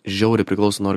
žiauriai priklauso nuo